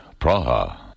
Praha